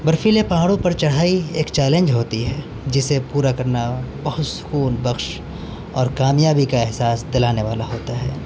برفیلے پہاڑوں پر چڑھائی ایک چیلنج ہوتی ہے جسے پورا کرنا بہت سکون بخش اور کامیابی کا احساس دلانے والا ہوتا ہے